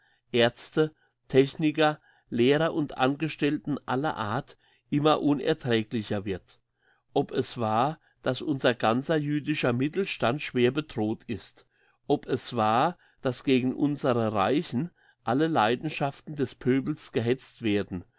aerzte techniker lehrer und angestellten aller art immer unerträglicher wird ob es wahr dass unser ganzer jüdischer mittelstand schwer bedroht ist ob es wahr dass gegen unsere reichen alle leidenschaften des pöbels gehetzt werden